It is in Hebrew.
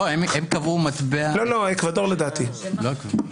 לדעתי אקוודור.